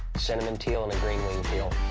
cinnamon teal and a green wing teal.